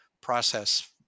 process